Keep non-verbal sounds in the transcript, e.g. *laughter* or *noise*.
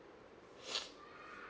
*breath*